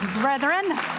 brethren